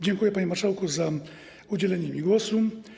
Dziękuję, panie marszałku, za udzielenie mi głosu.